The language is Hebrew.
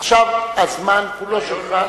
עכשיו הזמן כולו שלך.